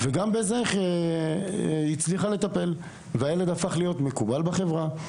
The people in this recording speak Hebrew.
וגם בזה נטלי הצליחה לטפל ובעקבות כך הילד הצליח להיות מקובל בחברה,